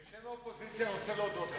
בשם האופוזיציה אני רוצה להודות לך.